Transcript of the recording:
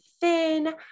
thin